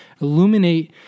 illuminate